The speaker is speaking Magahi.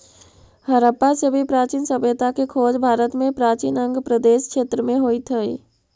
हडप्पा से भी प्राचीन सभ्यता के खोज भारत में प्राचीन अंग प्रदेश क्षेत्र में होइत हई